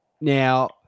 Now